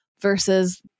versus